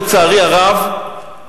לצערי הרב,